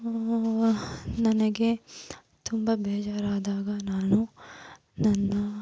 ನನಗೆ ತುಂಬ ಬೇಜಾರು ಆದಾಗ ನಾನು ನನ್ನ